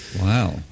Wow